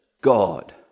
God